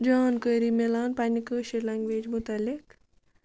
جانکٲری مِلان پنٛنہِ کٲشِر لنٛگویجہِ متعلق